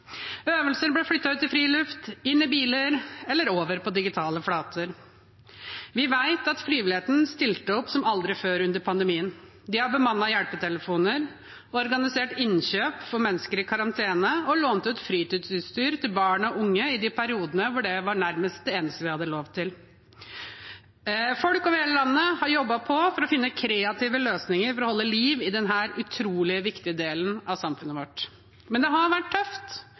Øvelser ble flyttet ut i friluft, inn i biler eller over på digitale flater. Vi vet at frivilligheten stilte opp som aldri før under pandemien. De har bemannet hjelpetelefoner, organisert innkjøp for mennesker i karantene og lånt ut fritidsutstyr til barn og unge i de periodene hvor det nærmest var det eneste vi hadde lov til. Folk over hele landet har jobbet på for å finne kreative løsninger for å holde liv i denne utrolig viktige delen av samfunnet vårt. Men det har vært tøft.